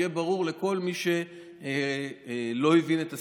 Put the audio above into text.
שיהיה ברור לכל מי שלא הבין את הסיטואציה.